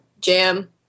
jam